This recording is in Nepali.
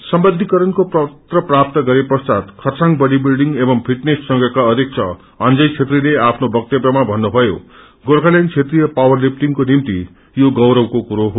सम्बद्धीकरण्को पत्र प्राप्त गरे पश्चात खरसाङ बडी विल्डिङ एवं फिटनेस संघका अध्यक्ष अंजय छेत्रीले आफ्नो वक्तव्यमा भन्नुभयो गोचखा ल्याण्ड क्षेत्रिय पावर बिल्डिङको यो गौरवको कुरो हो